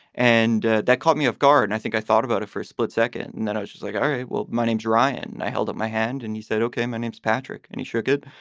and that caught me off guard. and i think i thought about it for a split second. and then i was like, all right, well, my name's ryan. i held up my hand and he said, okay, my name's patrick. and he shook it.